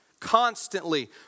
constantly